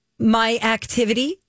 Myactivity